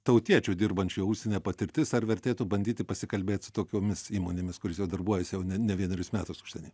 tautiečių dirbančių užsienyje patirtis ar vertėtų bandyti pasikalbėt su tokiomis įmonėmis kurios jau darbuojasi jau ne ne vienerius metus užsieny